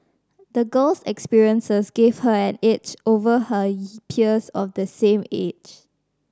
the girl's experiences gave her an edge over her peers of the same age